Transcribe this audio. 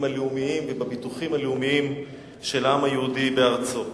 הלאומיים ובביטוחים הלאומיים של העם היהודי בארצו.